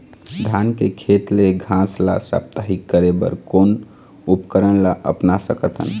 धान के खेत ले घास ला साप्ताहिक करे बर कोन उपकरण ला अपना सकथन?